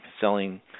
selling